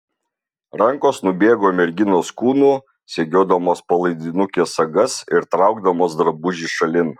rankos nubėgo merginos kūnu segiodamos palaidinukės sagas ir traukdamos drabužį šalin